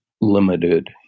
limited